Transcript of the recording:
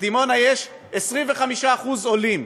בדימונה יש 25% עולים,